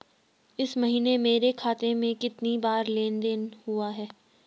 इस महीने मेरे खाते में कितनी बार लेन लेन देन हुआ है?